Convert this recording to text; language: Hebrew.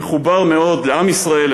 מחובר מאוד לעם ישראל,